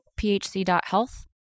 phc.health